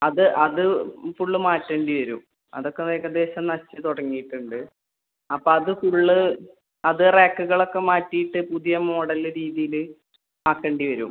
അത് അത് ഫുൾ മാറ്റേണ്ടി വരും അതൊക്കെ ഏകദേശം നശിച്ച് തുടങ്ങിയിട്ടുണ്ട് അപ്പം അത് ഫുൾ അത് റാക്കുകൾ ഒക്കെ മാറ്റിയിട്ട് പുതിയ മോഡൽ രീതിയിൽ ആക്കേണ്ടി വരും